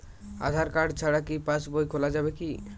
আধার card ছাড়া কি পাসবই খোলা যাবে কি?